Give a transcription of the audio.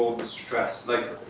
the stress? like,